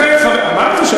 דרך אגב, הייתי שם.